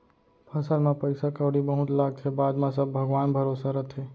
फसल म पइसा कउड़ी बहुत लागथे, बाद म सब भगवान भरोसा रथे